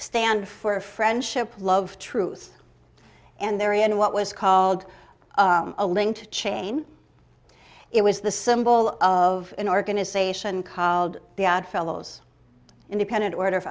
stand for friendship love truth and there in what was called a link to chain it was the symbol of an organization called the odd fellows independent order